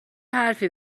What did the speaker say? حرفی